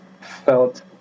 felt